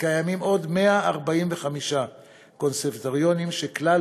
וקיימים עוד 145 קונסרבטוריונים שכלל